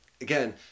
again